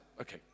okay